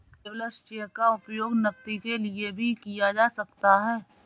travellers cheque का उपयोग नकदी के लिए भी किया जा सकता है